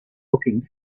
looking